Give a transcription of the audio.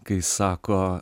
kai sako